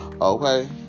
Okay